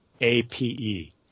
APE